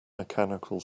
mechanical